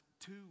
two